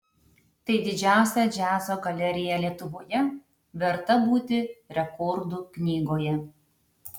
tai didžiausia džiazo galerija lietuvoje verta būti rekordų knygoje